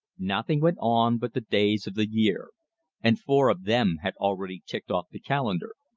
nothing went on but the days of the year and four of them had already ticked off the calendar.